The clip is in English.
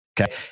okay